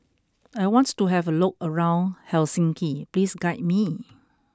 I want to have a look around Helsinki Please guide me